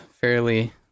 fairly